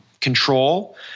control